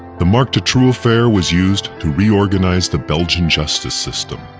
the marc dutroux affair was used to reorganize the belgian justice system,